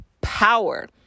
Power